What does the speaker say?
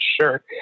Sure